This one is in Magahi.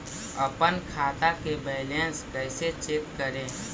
अपन खाता के बैलेंस कैसे चेक करे?